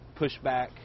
pushback